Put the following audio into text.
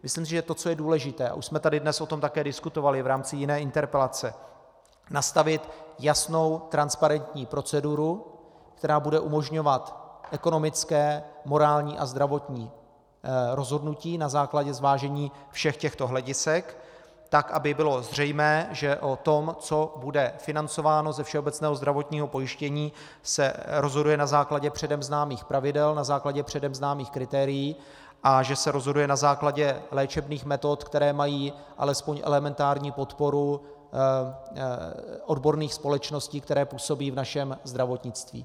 Myslím si, že to, co je důležité, a už jsme tady o tom dnes také diskutovali v rámci jiné interpelace, nastavit jasnou, transparentní proceduru, která bude umožňovat ekonomické, morální a zdravotní rozhodnutí na základě zvážení všech těchto hledisek tak, aby bylo zřejmé, že o tom, co bude financováno ze všeobecného zdravotního pojištění, se rozhoduje podle předem známých pravidel, na základě předem známých kritérií, a že se rozhoduje na základě léčebných metod, které mají alespoň elementární podporu odborných společností, které působí v našem zdravotnictví.